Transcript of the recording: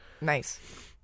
Nice